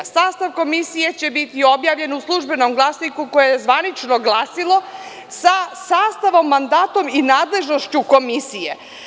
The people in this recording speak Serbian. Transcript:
Sastav komisije će biti objavljen u Službenom glasniku koje je zvanično glasilo sa sastavom, mandatom i nadležnošću komisije.